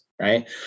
right